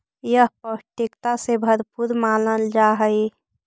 यह पौष्टिकता से भरपूर मानल जा हई